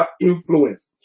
influence